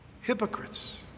hypocrites